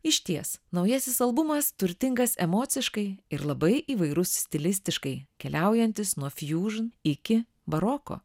išties naujasis albumas turtingas emociškai ir labai įvairus stilistiškai keliaujantis nuo fusion iki baroko